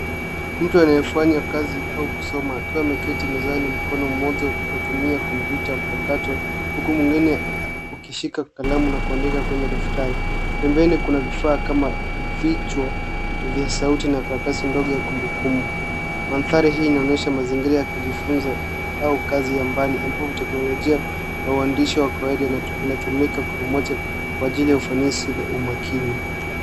Mtu anayefanya kazi au kusoma, akiwa ameketi mezani mkono mmoja unatumia kompyuta mpakato. Huku mwingine ukishika kalamu na akuandika kwenye daftari. Pembeni kuna vifaa kama vichwa vya sauti na karatasi ndogo ya kumbukumbu. Mandhari hii inaonyesha mazingira ya kujifunza au kazi ya mbali ambao teknologia na uandishi wa kawaida inatu inatumika kwa pamoja kwaajili ya ufanisi na umakini.